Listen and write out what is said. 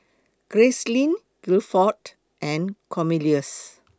Gracelyn Guilford and Cornelious